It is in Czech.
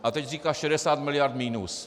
A teď říká 60 miliard minus.